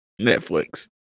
Netflix